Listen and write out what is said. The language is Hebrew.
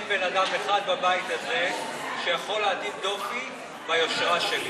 אין בן אדם אחד בבית הזה שיכול להטיל דופי ביושרה שלי.